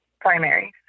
primaries